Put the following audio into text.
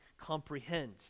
comprehend